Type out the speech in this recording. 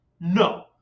No